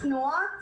צנועות.